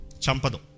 Champado